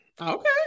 Okay